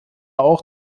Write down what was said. auch